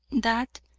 that,